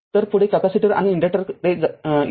तर पुढे कॅपेसिटर आणि इंडक्टर्सकडे या